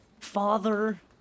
Father